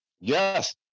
Yes